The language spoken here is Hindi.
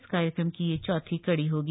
इस कार्यक्रम की यह चौथी कड़ी होगी